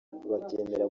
bakemera